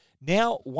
Now